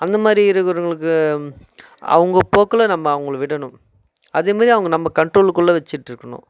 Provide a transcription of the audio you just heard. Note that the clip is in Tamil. அந்த மாதிரி இருக்கிறவங்களுக்கு ம் அவங்க போக்கில் நம்ம அவங்கள விடணும் அதே மாரி அவங்க நம்ம கன்ட்ரோல் குள்ளே வச்சுட்டுருக்குணும்